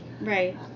Right